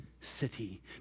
city